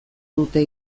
dute